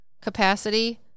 capacity